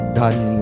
done